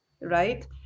right